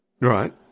Right